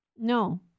No